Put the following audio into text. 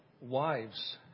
wives